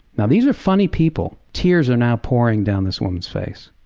now these are funny people, tears are now pouring down this woman's face,